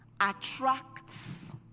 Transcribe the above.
attracts